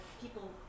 people